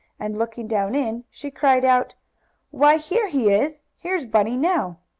and, looking down in, she cried out why here he is! here's bunny now!